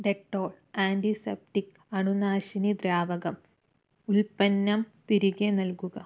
Dettol antiseptic അണുനാശിനി ദ്രാവകം ഉൽപ്പന്നം തിരികെ നൽകുക